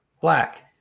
black